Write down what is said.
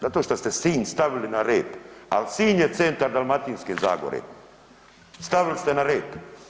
Zato što ste Sinj stavili na rep, ali Sinj je centar Dalmatinske zagore, stavili ste na rep.